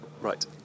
Right